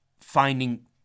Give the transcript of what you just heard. finding